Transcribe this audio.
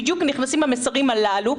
ובדיוק נכנסים המסרים הללו,